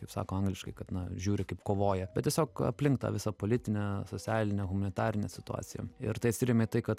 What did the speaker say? kaip sako angliškai kad na žiūri kaip kovoja bet tiesiog aplink tą visą politinę socialinę humanitarinę situaciją ir tai atsiremia į tai kad